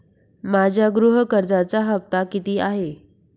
माझ्या गृह कर्जाचा हफ्ता किती आहे?